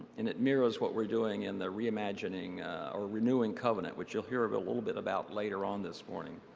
and it mirrors what we're doing in the re-imaging or renewing covenant, which you'll hear a but little bit more about later on this morning.